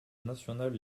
national